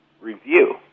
review